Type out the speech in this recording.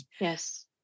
Yes